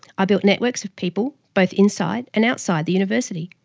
i built networks of people both inside and outside the university.